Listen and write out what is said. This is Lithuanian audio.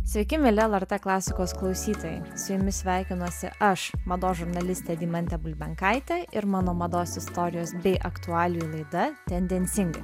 sveiki mieli lrt klasikos klausytojai su jumis sveikinuosi aš mados žurnalistė deimantė bulbenkaitė ir mano mados istorijos bei aktualijų laida tendencingai